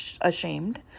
ashamed